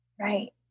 Right